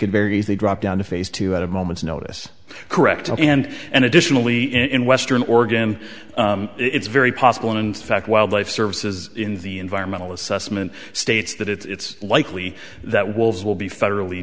could very easily drop down to phase two at a moment's notice correct and and additionally in western oregon it's very possible in fact wildlife services in the environmental assessment states that it's likely that wolves will be federally